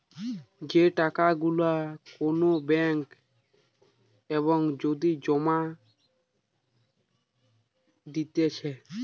যে টাকা গুলা কোন ব্যাঙ্ক এ যদি জমা দিতেছে